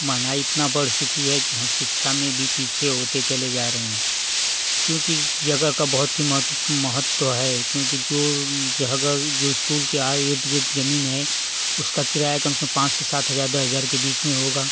महँगाई इतना बढ़ चुकी है कि हम शिक्षा में भी पीछे होते चले जा रहे हैं क्योंकि जगह का बहुत ही महत्व महत्व है क्योंकि जो जगह जो इस्कूल के इर्द गिर्द ज़मीन है उसका किराया कम से कम पाँच से सात हज़ार दस हज़ार के बीच में होगा